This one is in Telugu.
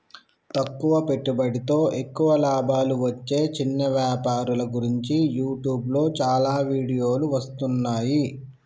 తక్కువ పెట్టుబడితో ఎక్కువ లాభాలు వచ్చే చిన్న వ్యాపారుల గురించి యూట్యూబ్లో చాలా వీడియోలు వస్తున్నాయి